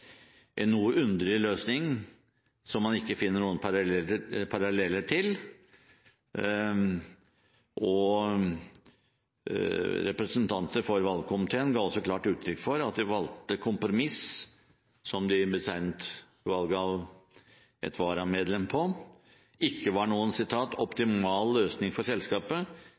en noe underlig løsning som man ikke finner noen paralleller til. Representanter for valgkomiteen ga også klart uttrykk for at det valgte kompromiss, som de betegnet valget av et varamedlem på, ikke var noen optimal løsning for selskapet,